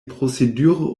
procédures